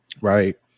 right